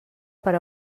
per